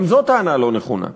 גם זאת טענה לא נכונה.